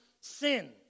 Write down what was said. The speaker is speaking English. sin